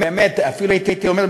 הייתי אומר,